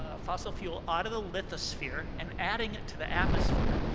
ah fossil fuel out of the lithosphere and adding it to the atmosphere,